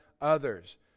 others